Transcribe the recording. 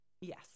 yes